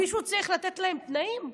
מישהו צריך לתת להם תנאים.